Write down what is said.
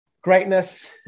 greatness